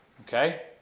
okay